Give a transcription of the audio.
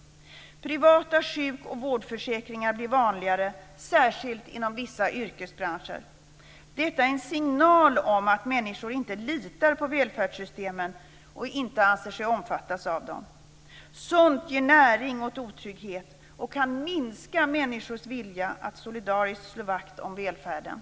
Privata sjuk och vårdförsäkringar blir vanligare, särskilt inom vissa yrkesbranscher. Detta är en signal om att människor inte litar på välfärdssystemen och inte anser sig omfattas av dem. Sådant ger näring åt otrygghet och kan minska människors vilja att solidariskt slå vakt om välfärden.